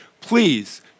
Please